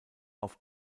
auf